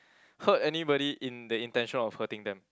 hurt anybody in the intention of hurting them